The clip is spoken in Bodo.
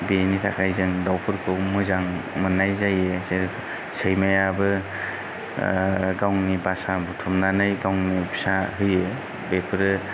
बेनि थाखाय जों दाउफोरखौ मोजां मोननाय जायो जेरै सैमायाबो गावनि बासा बुथुमनानै गावनो फिसा होयो बेफोरो